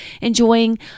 enjoying